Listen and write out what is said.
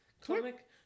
comic